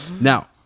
Now